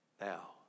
Now